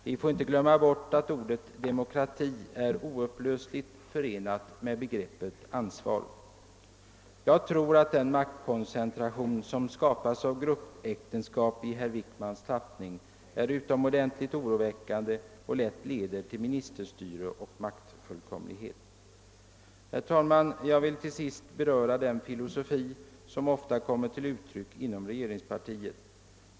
Vi får inte glömma bort att ordet demokrati är oupplösligt förenat med begreppet ansvar. Jag tror att den maktkoncentration som skapas av gruppäktenskap i herr Wickmans tappning är utomordentligt oroväckande och lätt leder till ministerstyre och maktfullkomlighet. Herr talman! Jag vill till sist beröra den filosofi som ofta kommer till uttryck inom regeringspartiet.